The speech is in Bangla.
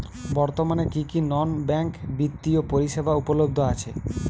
বর্তমানে কী কী নন ব্যাঙ্ক বিত্তীয় পরিষেবা উপলব্ধ আছে?